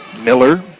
Miller